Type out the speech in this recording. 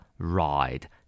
Ride